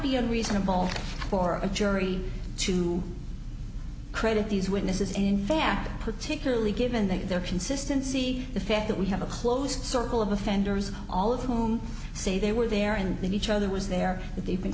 be unreasonable for a jury to credit these witnesses in fact particularly given their consistency the fact that we have a close circle of offenders all of whom say they were there and in each other was there that they've been